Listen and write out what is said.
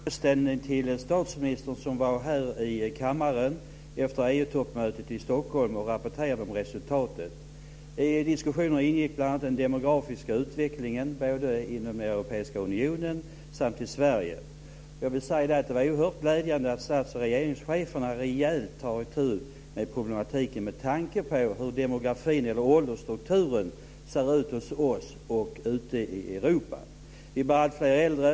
Fru talman! Jag har en fråga till statsministern, som var här i kammaren efter EU-toppmötet i Stockholm och rapporterade om resultatet. I diskussionen ingick bl.a. den demografiska utvecklingen, både inom den europeiska unionen och i Sverige. Det var oerhört glädjande att stats och regeringscheferna rejält tar itu med problematiken, med tanke på hur demografin när det gäller åldersstrukturen ser ut hos oss och ute i Europa. Vi blir alltfler äldre.